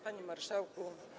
Panie Marszałku!